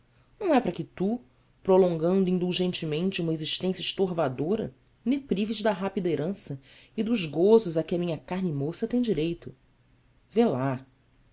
não é para que tu prolongando indulgentemente uma existência estorvadora me prives da rápida herança e dos gozos a que a minha carne moça tem direito vê lá